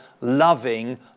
loving